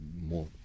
more